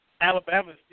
Alabama